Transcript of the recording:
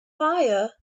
fire